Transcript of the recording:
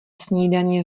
snídaně